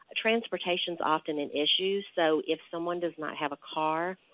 ah transportation is often an issue. so if someone does not have a car,